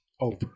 over